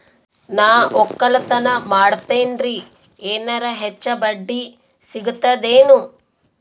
ನಾ ಒಕ್ಕಲತನ ಮಾಡತೆನ್ರಿ ಎನೆರ ಹೆಚ್ಚ ಬಡ್ಡಿ ಸಿಗತದೇನು?